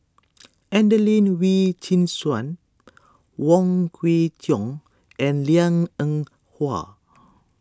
Adelene Wee Chin Suan Wong Kwei Cheong and Liang Eng Hwa